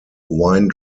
wine